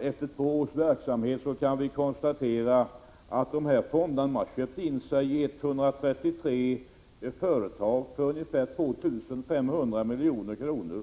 Efter två års verksamhet kan vi konstatera att de här fonderna har köpt in sig i 133 företag för ungefär 2 500 milj.kr.